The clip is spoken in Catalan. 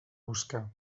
busca